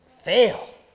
fail